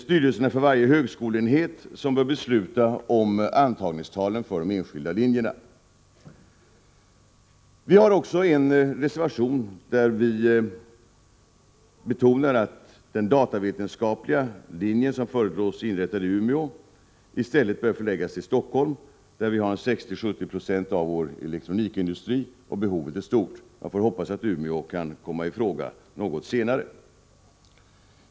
Styrelserna för varje högskoleenhet bör besluta om antagningstalen för de enskilda linjerna. Vi har också en reservation där vi betonar att den datavetenskapliga linje som föreslås inrättad i Umeå i stället bör förläggas till Stockholm, där vi har 60-70 0 av vår elektronikindustri och där behovet är stort. Man får hoppas att Umeå kan komma i fråga något senare.